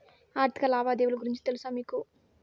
ఆర్థిక లావాదేవీల గురించి తెలుసా మీకు